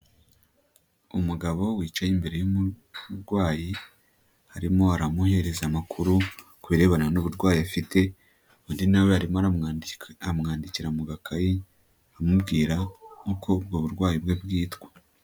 Umugabo wicaye imbere y'umurwayi arimo aramuhereza amakuru ku birebana n'uburwayi afite, undi nawe arimo aramwandika mu gakayi amubwira uko ubwo burwayi bwe bwitwa.